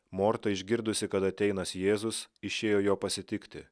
morta išgirdusi kad ateinąs jėzus išėjo jo pasitikti